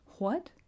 What